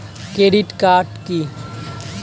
Credit card key?